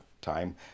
time